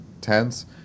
tense